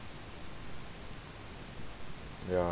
ya